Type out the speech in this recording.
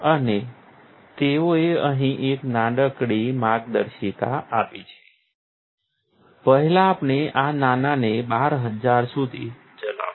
અને તેઓએ અહીં એક નાનકડી માર્ગદર્શિકા આપી છે પહેલા આપણે આ નાનાને 12000 સુધી ચલાવ્યો